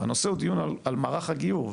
הנושא הוא דיון על מערך הגיור.